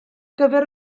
gyfer